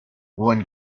one